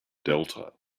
delta